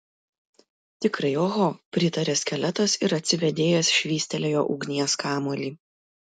tikrai oho pritarė skeletas ir atsivėdėjęs švystelėjo ugnies kamuolį